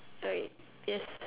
alright yes